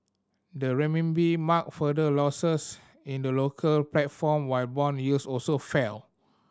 the Renminbi marked further losses in the local platform while bond yields also fell